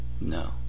no